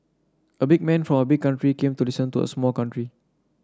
a big man from a big country came to listen to a small country